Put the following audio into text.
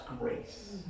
grace